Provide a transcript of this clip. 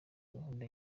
gahunda